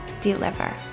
deliver